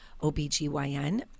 OBGYN